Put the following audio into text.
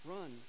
Run